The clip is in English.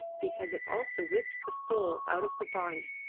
because it also whips the soul out of the body,